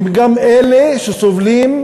הן גם אלה שסובלות